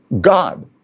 God